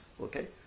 okay